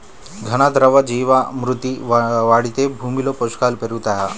ఘన, ద్రవ జీవా మృతి వాడితే భూమిలో పోషకాలు పెరుగుతాయా?